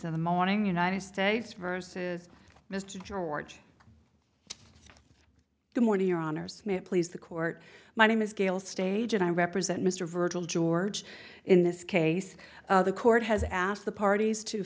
the morning united states versus mr george the morning your honors please the court my name is gail stage and i represent mr virgil george in this case the court has asked the parties to